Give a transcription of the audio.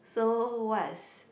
so what's